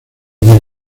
los